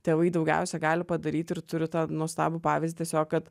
tėvai daugiausia gali padaryt ir turi tą nuostabų pavyzdį tiesiog kad